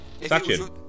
Sachin